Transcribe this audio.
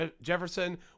Jefferson